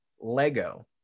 Lego